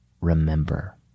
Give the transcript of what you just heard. Remember